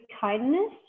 kindness